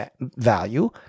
value